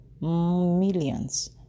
millions